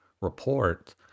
report